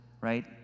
right